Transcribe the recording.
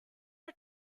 are